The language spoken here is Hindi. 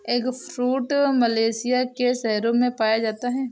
एगफ्रूट मलेशिया के शहरों में पाया जाता है